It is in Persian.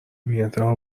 بیانتها